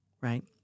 right